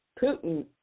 Putin